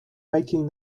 making